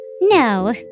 No